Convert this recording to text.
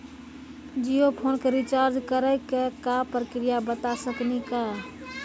Jio phone के recharge करे के का प्रक्रिया बता साकिनी का?